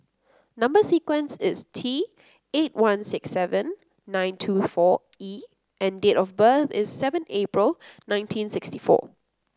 number sequence is T eight one six seven nine two four E and date of birth is seven April nineteen sixty four